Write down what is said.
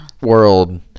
world